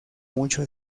mucho